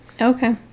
Okay